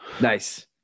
Nice